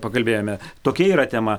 pakalbėjome tokia yra tema